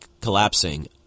collapsing